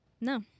No